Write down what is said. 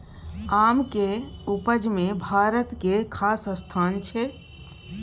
आम केर उपज मे भारत केर खास जगह छै